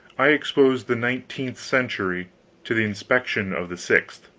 i exposed the nineteenth century to the inspection of the sixth.